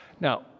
Now